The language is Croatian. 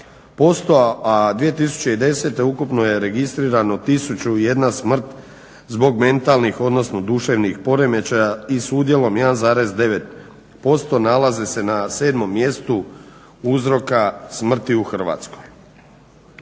do 2%, a 2010. ukupno je registrirano 1001 smrt zbog mentalnih odnosno duševnih poremećaja i s udjelom 1,9% nalaze se na sedmom mjestu uzroka smrti u Hrvatskoj.